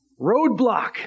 Roadblock